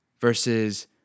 versus